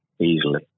Easily